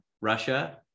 Russia